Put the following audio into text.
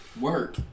work